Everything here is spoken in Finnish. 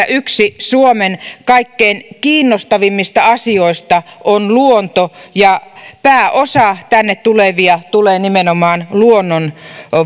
yksi suomen kaikkein kiinnostavimmista asioista on luonto ja pääosa tänne tulevista tulee nimenomaan luonnon